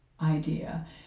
idea